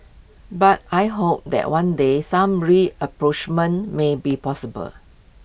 but I hope that one day some rapprochement may be possible